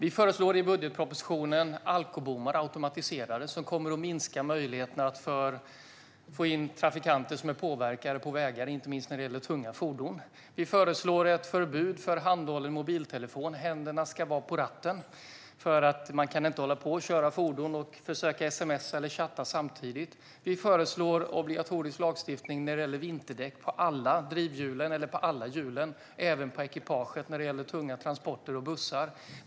I budgetpropositionen föreslår vi automatiserade alkobommar, som kommer att minska möjligheterna för påverkade trafikanter att ta sig ut på vägarna. Det gäller inte minst tunga fordon. Vi föreslår ett förbud för handhållen mobiltelefon. Händerna ska vara på ratten. Man kan inte köra ett fordon och försöka sms:a eller chatta samtidigt. Vi föreslår obligatorisk lagstiftning när det gäller vinterdäck på alla hjulen, även på ekipaget när det gäller tunga transporter och bussar.